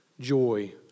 joy